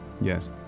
Yes